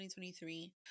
2023